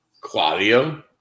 Claudio